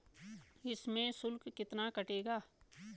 इसमें शुल्क कितना कटेगा?